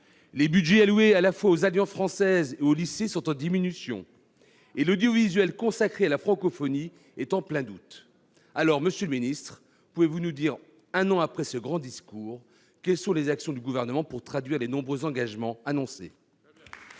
les budgets alloués aux alliances françaises comme aux lycées sont en diminution ; l'audiovisuel consacré à la francophonie est en plein doute. Alors, monsieur le secrétaire d'État, pouvez-vous nous dire, un an après ce grand discours, quelles actions le Gouvernement conduit pour traduire les nombreux engagements annoncés ?